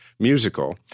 musical